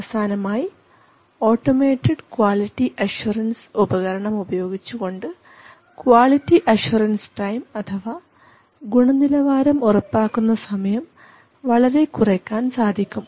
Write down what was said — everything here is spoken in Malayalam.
അവസാനമായി ഓട്ടോമേറ്റഡ് ക്വാളിറ്റി അഷ്വറൻസ് ഉപകരണം ഉപയോഗിച്ചുകൊണ്ട് ക്വാളിറ്റി അഷ്വറൻസ് ടൈം അഥവാ ഗുണനിലവാരം ഉറപ്പാക്കുന്ന സമയം വളരെ കുറയ്ക്കാൻ സാധിക്കും